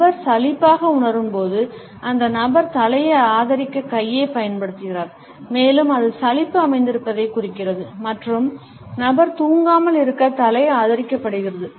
நபர் சலிப்பாக உணரும்போது அந்த நபர் தலையை ஆதரிக்க கையைப் பயன்படுத்துகிறார் மேலும் அது சலிப்பு அமைந்திருப்பதைக் குறிக்கிறது மற்றும் நபர் தூங்காமல் இருக்க தலை ஆதரிக்கப்படுகிறது